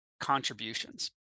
contributions